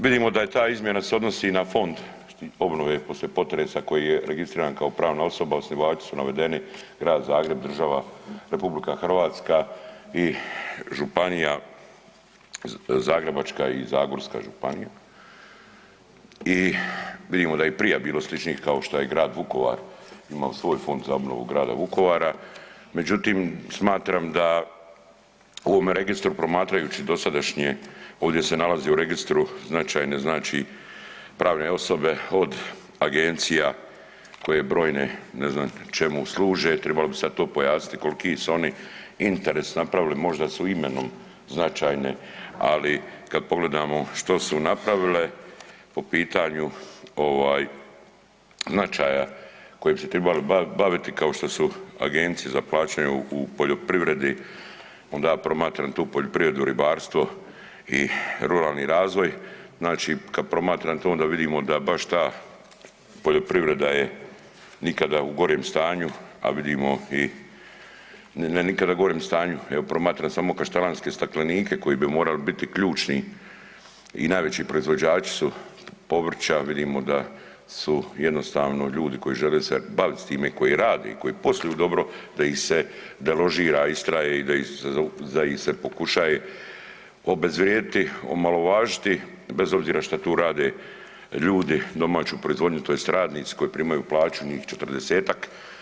Vidimo da je ta iznosa se odnosi na Fond obnove poslije potresa koji je registriran kao pravna osoba, osnivači su navedeni Grad Zagreb, država RH i županija Zagrebačka i zagorska županija i vidimo da je prije bilo sličnih kao što je i grad Vukovar imao svoj Fond za obnovu grada Vukovara, međutim smatram da u ovome registru promatrajući dosadašnje ovdje se nalazi u registru značajne znači pravne osobe od agencije koje brojne ne znam čemu služe, trebalo bi sad to pojasniti koliki su oni interes napravili, možda su imenom značajne, ali kad pogledamo što su napravile po pitanju ovaj značaja koje bi se tribale baviti kao što su Agencije za plaćanje u poljoprivredi onda ja promatram tu poljoprivredu, ribarstvo i ruralni razvoj, znači kad promatram to onda vidimo da baš ta poljoprivreda je nikada u gorem stanju, a vidimo i ne nikada u gorem stanju, evo promatram samo kaštelanske staklenike koji bi morali biti ključni i najveći proizvođači su povrća vidimo da su jednostavno ljudi koji žele se baviti s time, koji rade i koji posluju dobro, da ih se deložira, istraje i da ih se pokušaje obezvrijediti, omalovažiti bez obzira šta tu rade ljudi domaću proizvodnju tj. radnici koji primaju plaću njih 40-tak.